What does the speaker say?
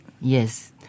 Yes